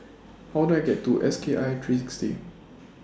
How Do I get to S K I three sixty